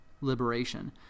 liberation